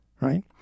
right